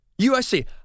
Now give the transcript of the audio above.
USC